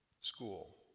school